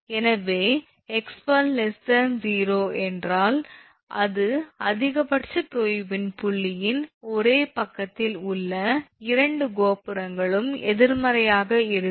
எனவே 𝑥1 0 என்றால் அது அதிகபட்ச தொய்வின் புள்ளியின் ஒரே பக்கத்தில் உள்ள இரண்டு கோபுரங்களும் எதிர்மறையாக இருக்கும்